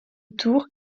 tours